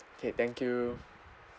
okay thank you